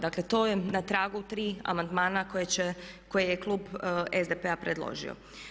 Dakle, to je na tragu tri amandmana koje je klub SDP-a predložio.